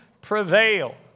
prevail